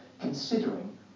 considering